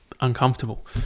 uncomfortable